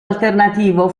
alternativo